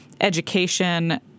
education